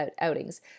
outings